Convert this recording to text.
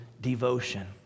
devotion